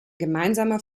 gemeinsamer